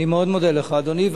אני מאוד מודה לך, אדוני.